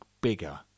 bigger